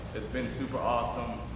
it's been super awesome.